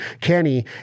Kenny